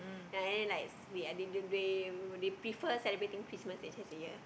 ya and then like we they they they they prefer celebrating Christmas actually the year